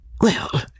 Well